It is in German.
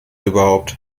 überhaupt